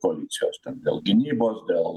koalicijos dėl gynybos dėl